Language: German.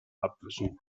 abwischen